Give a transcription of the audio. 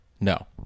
No